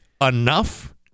enough